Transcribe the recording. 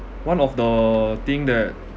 one of the thing that